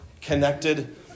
connected